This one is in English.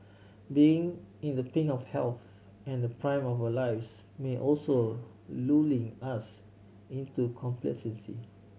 being in the pink of health and the prime of our lives may also lulling us into complacency